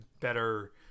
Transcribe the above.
better